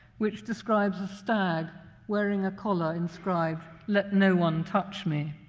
which describes a stag wearing a collar inscribed, let no one touch me.